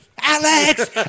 Alex